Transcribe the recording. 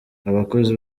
abakozi